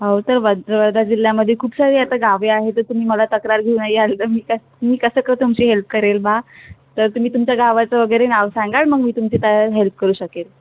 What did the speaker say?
हो तर बद्र वर्धा जिल्ह्यामध्ये खूप सारे आता गावे आहेत तर तुम्ही मला तक्रार घेऊन याल तर मी क मी कसं कर तुमची हेल्प करेल बा तर तुम्ही तुमच्या गावाचं वगैरे नाव सांगाल मग मी तुमची त्या हेल्प करू शकेल